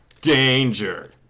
Danger